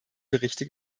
berichte